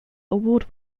award